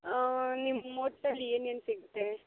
ನಿಮ್ಮ ಹೋಟ್ಲಲ್ಲಿ ಏನೇನು ಸಿಗುತ್ತೆ